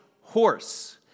horse